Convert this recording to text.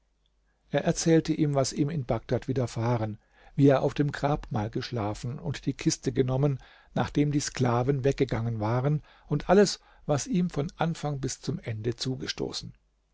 er erzählte ihm was ihm in bagdad widerfahren wie er auf dem grabmal geschlafen und die kiste genommen nachdem die sklaven weggegangen waren und alles was ihm von anfang bis zum ende zugestoßen